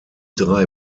drei